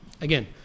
Again